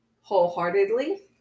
wholeheartedly